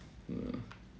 mm